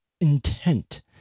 intent